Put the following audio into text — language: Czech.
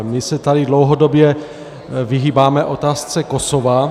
My se tady dlouhodobě vyhýbáme otázce Kosova.